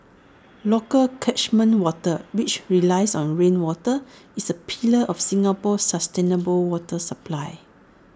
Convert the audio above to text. local catchment water which relies on rainwater is A pillar of Singapore's sustainable water supply